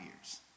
years